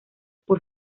por